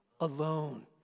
alone